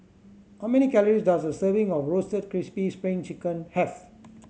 how many calories does a serving of Roasted Crispy Spring Chicken have